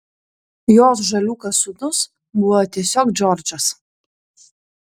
jos žaliūkas sūnus buvo tiesiog džordžas